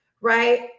right